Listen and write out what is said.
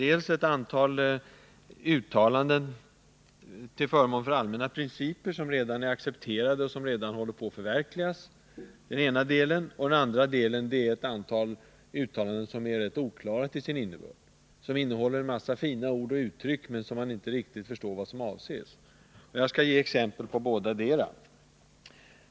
Den ena är ett antal uttalanden till förmån för allmänna principer som redan är accepterade och håller på att förverkligas. Den andra är ett antal uttalanden, som är mycket oklara till sin innebörd. De innehåller en massa fina ord och uttryck, men man förstår inte riktigt vad som avses. Jag skall ge exempel på bådadera.